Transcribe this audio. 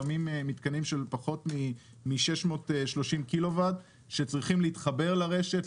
לפעמים מתקנים של פחות מ-630 קילוואט שצריכים להתחבר לרשת,